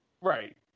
Right